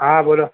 હા બોલો